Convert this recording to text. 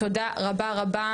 תודה רבה רבה.